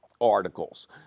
articles